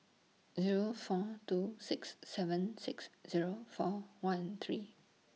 Zero four two six seven six Zero four one three